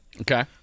Okay